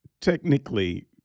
Technically